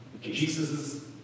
Jesus